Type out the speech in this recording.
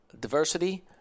diversity